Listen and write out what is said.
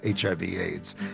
HIV-AIDS